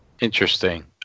Interesting